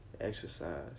Exercise